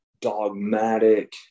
dogmatic